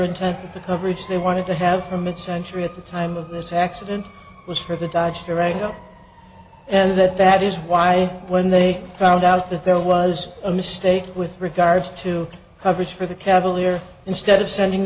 intent the coverage they wanted to have from mid century at the time of this accident was for the dodge durango and that that is why when they found out that there was a mistake with regard to coverage for the cavalier instead of sending